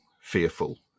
fearful